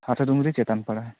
ᱦᱟᱥᱟ ᱰᱩᱝᱨᱤ ᱪᱮᱛᱟᱱ ᱯᱟᱲᱟ